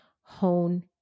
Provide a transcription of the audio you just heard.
Hone